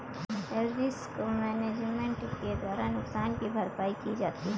risk management के द्वारा नुकसान की भरपाई की जाती है